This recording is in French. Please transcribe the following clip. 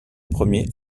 premier